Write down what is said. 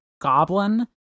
goblin